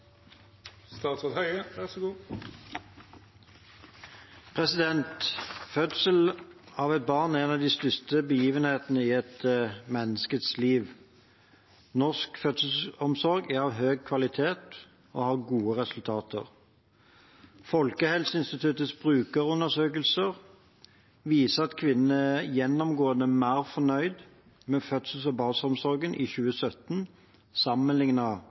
en av de største begivenhetene i et menneskes liv. Norsk fødselsomsorg er av høy kvalitet og har gode resultater. Folkehelseinstituttets brukerundersøkelser viser at kvinnene gjennomgående er mer fornøyd med fødsels- og barselomsorgen i 2017